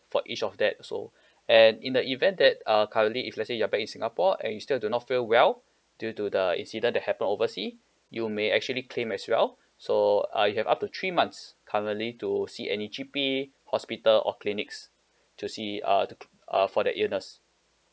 for each of that also and in the event that uh currently if let's say you're back in singapore and you still do not feel well due to the incident that happened overseas you may actually claim as well so err you have up to three months currently to see any G_P hospital or clinics to see uh to uh for the illness